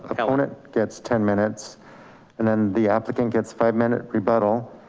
opponent gets ten minutes and then the applicant gets five minutes rebuttal,